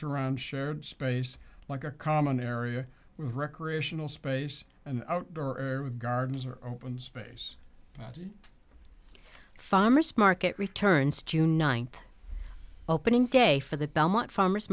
around shared space like a common area recreational space an outdoor gardens or open space farmer's market returns june ninth opening day for the belmont farmers